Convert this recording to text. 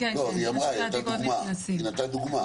לא, היא אמרה, היא נתנה דוגמה.